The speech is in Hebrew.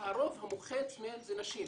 כשהרוב המוחץ מהן זה נשים.